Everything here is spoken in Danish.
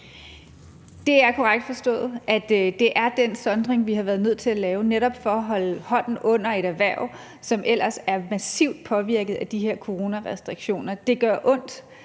Det er korrekt forstået, at det er den sondring, vi har været nødt til at lave, netop for at holde hånden under et erhverv, som ellers er massivt påvirket af de her coronarestriktioner. Det gør ondt